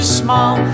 small